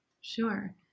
Sure